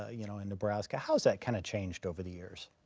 ah you know, in nebraska, how has that kind of changed over the years?